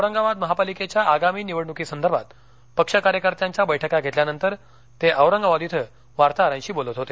औरंगाबाद महापालिकेच्या आगामी निवडणूकीसंदर्भात पक्ष कार्यकर्त्यांच्या बैठका घेतल्यानंतर ते औरंगाबाद इथं वार्ताहरांशी बोलत होते